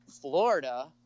Florida